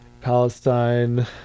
Palestine